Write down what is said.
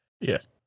Yes